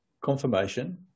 confirmation